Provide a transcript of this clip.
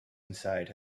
inside